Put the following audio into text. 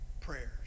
prayers